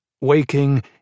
Waking